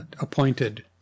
appointed